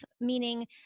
Meaning